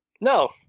No